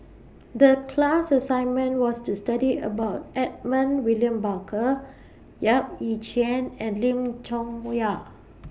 The class assignment was to study about Edmund William Barker Yap Ee Chian and Lim Chong Yah